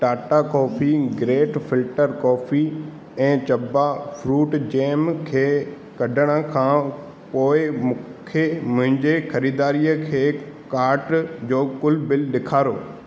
Tata coffee great filter coffee ऐं चबा fruit jam खे कढण खां पोइ मूंखे मुंहिंजी ख़रीदारी खे कार्ट जो कुलु बिल ॾेखारो